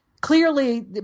Clearly